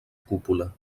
cúpula